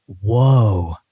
whoa